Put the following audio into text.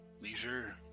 leisure